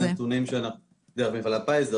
דרך מפעל הפיס,